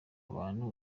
abantu